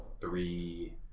three